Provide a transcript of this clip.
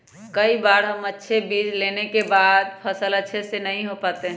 कई बार हम अच्छे बीज लेने के बाद भी फसल अच्छे से नहीं हो पाते हैं?